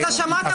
יש פה אדם שכותב- --